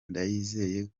ndayizeye